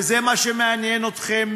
וזה מה שמעניין אתכם,